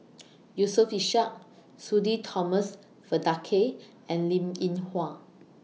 Yusof Ishak Sudhir Thomas Vadaketh and Linn in Hua